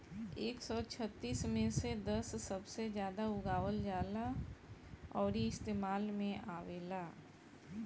एक सौ छत्तीस मे से दस सबसे जादा उगावल जाला अउरी इस्तेमाल मे आवेला